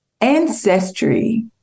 Ancestry